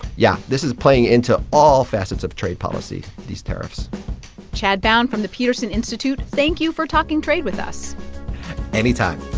yeah, this is playing into all facets of trade policy, these tariffs chad bown from the peterson institute, thank you for talking trade with us anytime